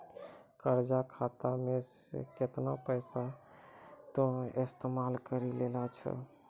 कर्जा खाता मे से केतना पैसा तोहें इस्तेमाल करि लेलें छैं